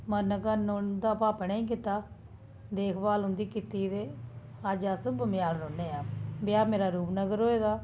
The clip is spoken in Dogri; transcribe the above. नमाना घर उं'दा भापे ने गै कीता देख भाल उं'दी कीती ते अज्ज अस बमेयाल रौह्न्ने आं ते ब्याह् मेरा रूपनगर होए दा